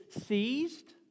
seized